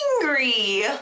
angry